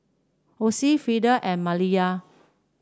Osie Frieda and Maliyah